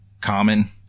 common